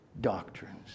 doctrines